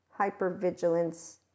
hypervigilance